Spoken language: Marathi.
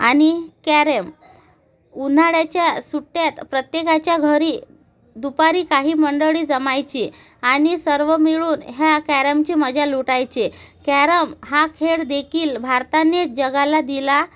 आणि कॅरेम उन्हाळ्याच्या सुट्ट्यांत प्रत्येकाच्या घरी दुपारी काही मंडळी जमायचे आणि सर्व मिळून ह्या कॅरमची मजा लुटायचे कॅरम हा खेळदेखील भारतानेच जगाला दिला